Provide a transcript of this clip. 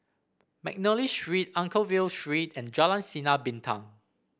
McNally Street Anchorvale Street and Jalan Sinar Bintang